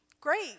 Great